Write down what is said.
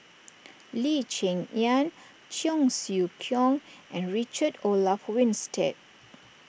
Lee Cheng Yan Cheong Siew Keong and Richard Olaf Winstedt